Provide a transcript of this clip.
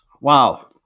Wow